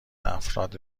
افراد